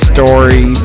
Story